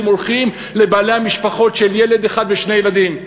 הולכים למשפחות עם ילד אחד ושני ילדים,